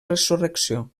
resurrecció